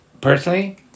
personally